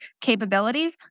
capabilities